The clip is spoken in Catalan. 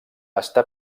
està